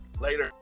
Later